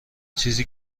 چیزی